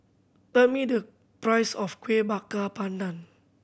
tell me the price of Kueh Bakar Pandan